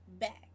back